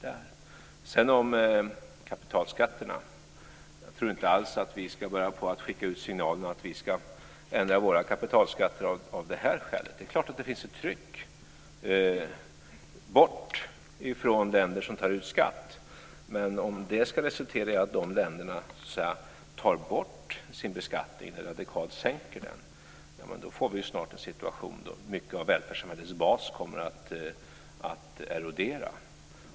När det sedan gäller kapitalskatterna tror jag inte alls att vi ska börja att skicka ut signalen att vi ska ändra våra kapitalskatter av det här skälet. Det är klart att det finns ett tryck bort från länder som tar ut skatt, men om detta ska resultera i att dessa länder tar bort sin beskattning eller radikalt sänker den får vi snart en situation då mycket av välfärdssamhällets bas kommer att erodera.